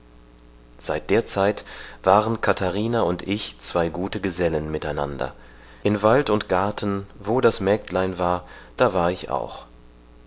seit der zeit waren katharina und ich zwei gute gesellen mit einander in wald und garten wo das mägdlein war da war auch